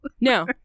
no